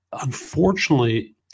unfortunately